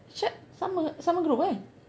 Shad sama sama group kan